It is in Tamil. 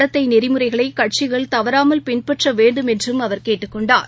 நடத்தைநெறிமுறைகளைகட்சிகள் தவறாமல் பின்பற்றவேண்டும் என்றுஅவர் கேட்டுக்கொண்டார்